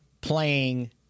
playing